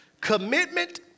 Commitment